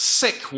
sick